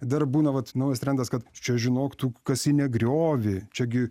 dar būna vat naujas trendas kad čia žinok tu kasi ne griovį čiagi